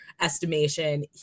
estimation